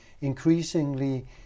increasingly